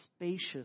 spacious